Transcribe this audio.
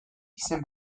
izen